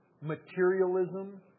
materialism